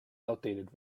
outdated